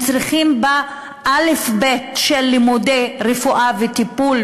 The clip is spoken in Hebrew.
הם צריכים באלף-בית של לימודי רפואה וטיפול